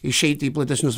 išeiti į platesnius